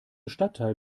stadtteil